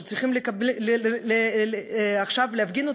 שצריך עכשיו להפגין,